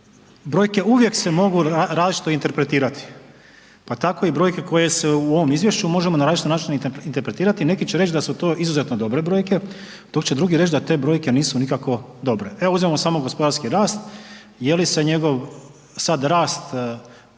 brojke se uvijek mogu različito interpretirati, pa tako i brojke koje su u ovom izvješću možemo na različite načine interpretirati. Neki će reći da su izuzetno dobre brojke dok će drugi reći da te brojke nisu nikako dobre. Evo uzmimo samo gospodarski rast jeli se njegov sada rast